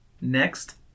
Next